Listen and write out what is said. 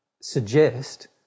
suggest